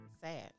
sad